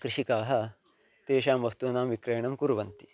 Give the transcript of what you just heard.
कृषिकाः तेषां वस्तूनां विक्रयणं कुर्वन्ति